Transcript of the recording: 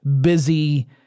busy